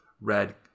red